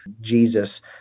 jesus